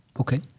Okay